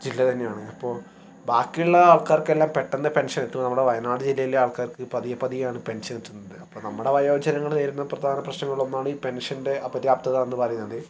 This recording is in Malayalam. ജില്ലതന്നെയാണ് അപ്പോൾ ബാക്കിയുള്ള ആൾക്കാർക്കെല്ലാം പെട്ടെന്ന് പെൻഷൻ എത്തും നമ്മുടെ വയനാട് ജില്ലയിലെ ആൾക്കാർക്ക് പതിയെ പതിയെ ആണ് പെൻഷൻ എത്തുന്നത് അപ്പോൾ നമ്മുടെ വയോജനങ്ങൾ നേരിടുന്ന പ്രധാന പ്രശ്നങ്ങളിൽ ഒന്നാണ് ഈ പെൻഷൻ്റെ അപര്യാപ്തത എന്ന് പറയുന്നത്